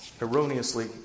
erroneously